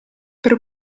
per